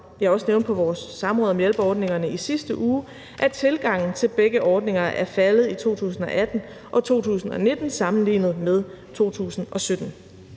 jeg også nævnte på vores samråd om hjælperordningerne i sidste uge, at tilgangen til begge ordninger er faldet i 2018 og 2019 sammenlignet med 2017.